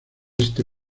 este